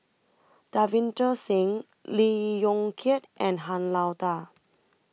Davinder Singh Lee Yong Kiat and Han Lao DA